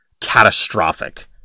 catastrophic